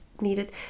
needed